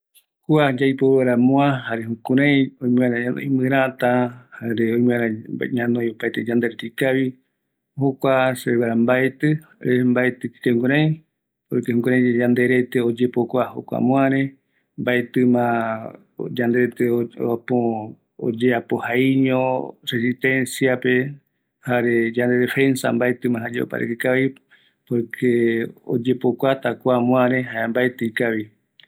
﻿Kua yaiporu moa, jare jukurai, oime vaera ñanoi mirata, jare oime vaera ñanoi opaetre yanderete ikavi, jokua seveguara mbaeti mbaetitei jukurai, porque jukuraiyae yanderete oyepokua jokua moare, mbaetima ápo yanderete oyeapa jaiño resistencia, jare yande reta mbaetima oparaiki kavi, porque oyepokuara kua moare jaema mbaeti ikavi